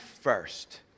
first